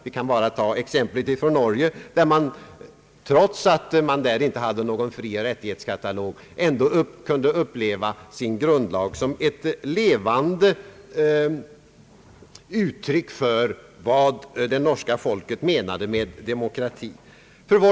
Vi kan bara ta exemplet från Norge, där man, trots att man inte hade någon »frioch rättighetskatalog», ändå uppfattade sin grundlag som ett levande uttryck för vad det norska folket menade med demokrati.